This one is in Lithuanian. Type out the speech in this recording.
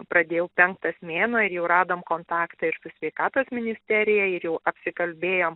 pradėjau penktas mėnuo ir jau radom kontaktą ir su sveikatos ministerija ir jau apsikalbėjom